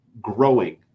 growing